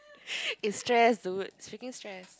it's stress dude it's freaking stress